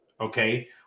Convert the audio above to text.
okay